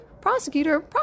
prosecutor